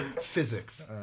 Physics